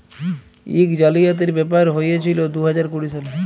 ইক জালিয়াতির ব্যাপার হঁইয়েছিল দু হাজার কুড়ি সালে